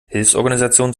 hilfsorganisationen